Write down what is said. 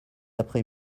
après